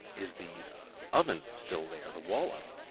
is the oven still there the wall oven?